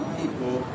people